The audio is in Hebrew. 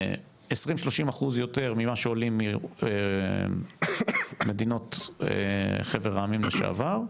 20-30 אחוז יותר ממה שעולים מדינות חבר העמים לשעבר,